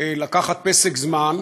לקחת פסק זמן,